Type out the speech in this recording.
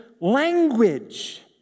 language